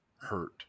hurt